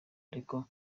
ariko